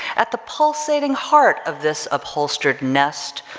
at the pulsating heart of this upholstered nest,